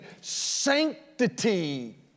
sanctity